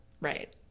Right